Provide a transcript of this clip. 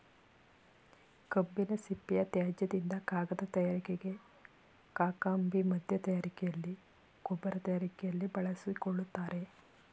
ಕಬ್ಬಿನ ಸಿಪ್ಪೆಯ ತ್ಯಾಜ್ಯದಿಂದ ಕಾಗದ ತಯಾರಿಕೆಗೆ, ಕಾಕಂಬಿ ಮಧ್ಯ ತಯಾರಿಕೆಯಲ್ಲಿ, ಗೊಬ್ಬರ ತಯಾರಿಕೆಯಲ್ಲಿ ಬಳಸಿಕೊಳ್ಳುತ್ತಾರೆ